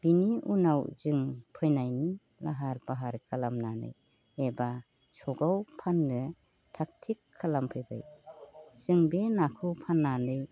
बिनि उनाव जों फैनायनि लाहार फाहार खालामनानै एबा सखआव फाननो थाख थिख खालामफैबाय जों बे नाखौ फाननानै